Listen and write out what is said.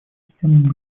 систему